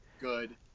Good